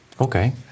okay